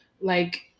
like-